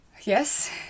Yes